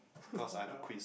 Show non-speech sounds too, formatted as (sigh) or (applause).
(laughs) from now